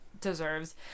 deserves